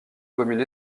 commune